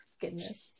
goodness